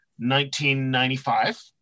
1995